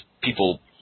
people